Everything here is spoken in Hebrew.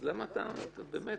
אז למה אתה באמת,